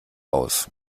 aus